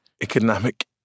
Economic